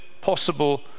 possible